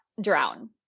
drown